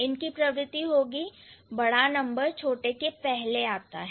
इनकी प्रवृत्ति यह है कि बड़ा नंबर छोटे के पहले आता है